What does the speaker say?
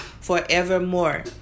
forevermore